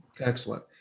Excellent